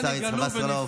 השר יצחק וסרלאוף,